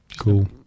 Cool